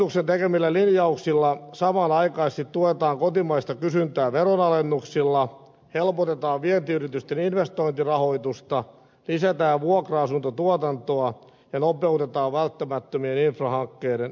hallituksen tekemillä linjauksilla samanaikaisesti tuetaan kotimaista kysyntää veronalennuksilla helpotetaan vientiyritysten investointirahoitusta lisätään vuokra asuntotuotantoa ja nopeutetaan välttämättömien infrahankkeiden toteuttamista